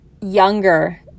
younger